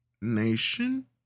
nation